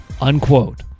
Unquote